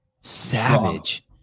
savage